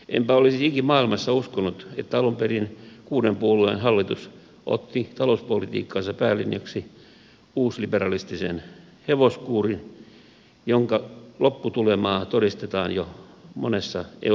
enpä olisi ikimaailmassa uskonut että alun perin kuuden puolueen hallitus otti talouspolitiikkansa päälinjaksi uusliberalistisen hevoskuurin jonka lopputulemaa todistetaan jo monessa euromaassa